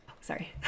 sorry